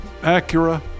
Acura